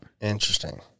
Interesting